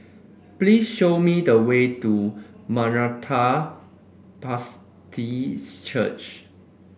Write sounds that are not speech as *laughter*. please show me the way to Maranatha *unintelligible* Church